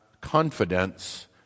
confidence